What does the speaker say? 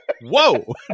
whoa